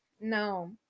No